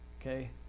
okay